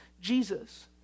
Jesus